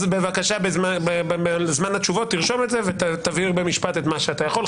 בזמן התשובות תרשום את זה ותבהיר במשפט מה שאתה יכול.